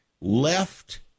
left